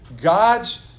God's